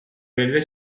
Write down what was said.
railway